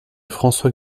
françois